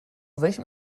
welchem